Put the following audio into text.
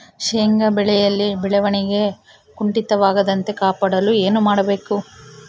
ಶೇಂಗಾ ಬೆಳೆಯಲ್ಲಿ ಬೆಳವಣಿಗೆ ಕುಂಠಿತವಾಗದಂತೆ ಕಾಪಾಡಲು ಏನು ಮಾಡಬೇಕು?